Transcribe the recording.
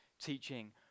teaching